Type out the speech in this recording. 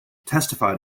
testified